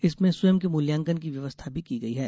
इसमें स्वयं के मूल्यांकन की व्यवस्था भी की गई है